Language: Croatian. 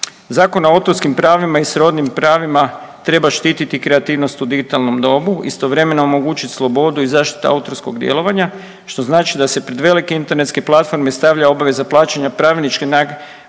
Zakon o autorskim pravima i srodnim pravima treba štititi kreativnost u digitalnom dobu, istovremeno omogućiti slobodu i zaštitu autorskog djelovanja što znači da se pred velike internetske platforme stavlja obaveza plaćanja pravičnih naknada